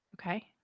Okay